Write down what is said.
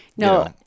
No